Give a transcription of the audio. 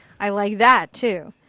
i like that too.